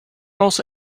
also